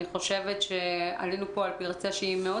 אני חושבת שעלינו פה על פרצה שהיא מאוד